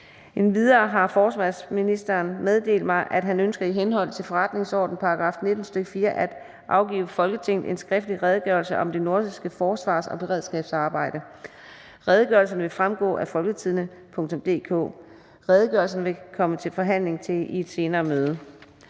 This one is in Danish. Lund Poulsen, fg.) meddelt mig, at han ønsker i henhold til forretningsordenens § 19, stk. 4, at give Folketinget en skriftlig Redegørelse om det nordiske forsvars- og beredskabssamarbejde. (Redegørelse nr. 3). Redegørelserne vil fremgå af www.folketingstidende.dk. Redegørelserne vil komme til forhandling i et senere møde.